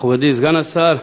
מכובדי סגן השר,